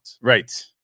Right